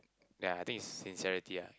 ya I think is sincerity ah